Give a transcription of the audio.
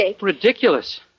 Ridiculous